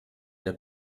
der